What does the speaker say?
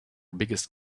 biggest